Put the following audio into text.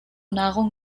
nahrung